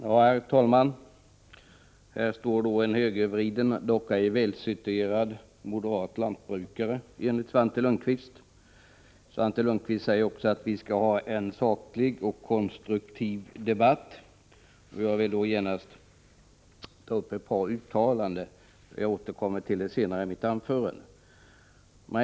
Herr talman! Här står då en högervriden — dock ej välsituerad — moderat lantbrukare, enligt Svante Lundkvist. Svante Lundkvist säger att vi skall ha en saklig och konstruktiv debatt. Jag vill i det avseendet ta upp ett par uttalanden, som jag skall återkomma till senare i mitt anförande.